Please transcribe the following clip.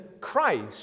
Christ